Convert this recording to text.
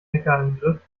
hackerangriff